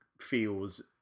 feels